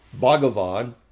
Bhagavan